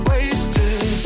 Wasted